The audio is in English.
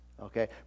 Okay